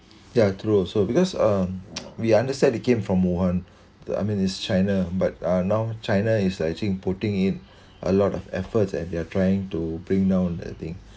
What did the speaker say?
that are true also because um we understand it came from one the I mean it's china but uh now china is actually putting in a lot of efforts and they're trying to bring down the thing